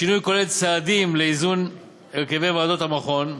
השינוי כולל צעדים לאיזון הרכבי ועדות המכון,